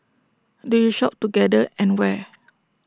do you shop together and where